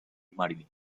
marilyn